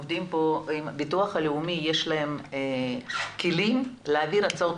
לביטוח הלאומי יש כלים להעביר כאן הצעות